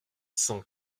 cent